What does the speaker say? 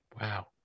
Wow